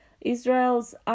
Israel's